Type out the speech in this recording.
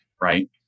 right